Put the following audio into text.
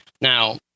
Now